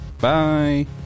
Bye